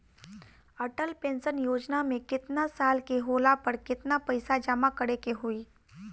Atal pension योजना मे केतना साल के होला पर केतना पईसा जमा करे के होई?